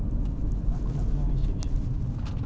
kau tanya sekali is it City Gas